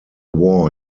war